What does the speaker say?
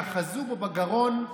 שאחזו בו בגרון,